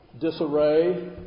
disarray